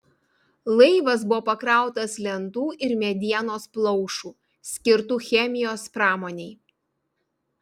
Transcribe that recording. laivas buvo pakrautas lentų ir medienos plaušų skirtų chemijos pramonei